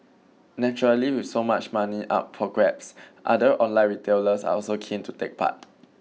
naturally with so much money up for grabs other online retailers are also keen to take part